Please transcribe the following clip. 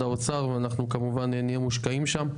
האוצר ואנחנו כמובן נהיה מושקעים שם.